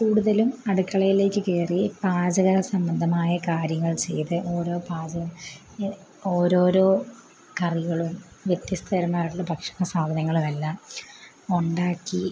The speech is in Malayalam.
കൂടുതലും അടുക്കളയിലേക്ക് കയറി പാചക സംബന്ധമായ കാര്യങ്ങൾ ചെയ്ത് ഓരോ പാചകം ഓരോരോ കറികളും വ്യത്യസ്ത തരമായിട്ടുള്ള ഭക്ഷണ സാധനങ്ങളും എല്ലാം ഉണ്ടാക്കി